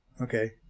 Okay